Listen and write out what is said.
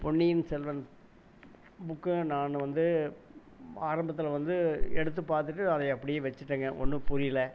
பொன்னியின் செல்வன் புக்கை நான் வந்து ஆரம்பத்தில் வந்து எடுத்து பார்த்துட்டு அதை அப்படியே வச்சுவிட்டேங்க ஒன்றும் புரியல